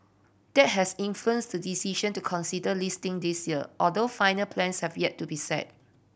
that has influenced the decision to consider listing this year although final plans have yet to be set